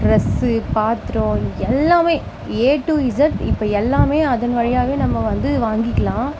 dress பாத்திரம் எல்லாமே A to Z இப்போ எல்லாமே அதன் வழியாகவே நம்ம வந்து வாங்கிக்கலாம்